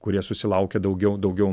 kurie susilaukia daugiau daugiau